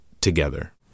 together